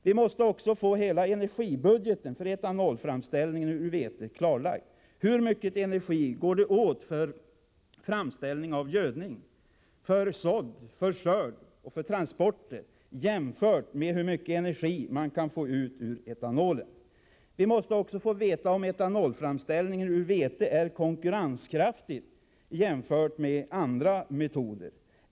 Vi måste också få hela energibudgeten för etanolframställning ur vete klarlagd — hur mycket energi går det åt för framställning av gödning, sådd, skörd och transporter, jämfört med hur mycket energi man kan få ut ur etanolen? Vi måste få veta om etanolframställning ur vete är konkurrenskraftig jämfört med andra metoder.